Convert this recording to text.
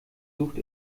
sucht